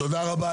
תודה רבה.